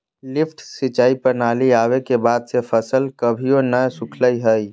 lift सिंचाई प्रणाली आवे के बाद से फसल कभियो नय सुखलय हई